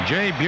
Jay